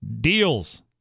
deals